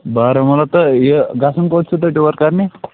بارمولہٕ تہٕ یہِ گژھن کوٚت چھُو تُہۍ ٹیٛوٗر کَرنہِ